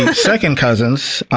ah second cousins